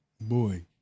Boy